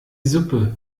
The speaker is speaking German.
suppe